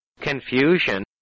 confusion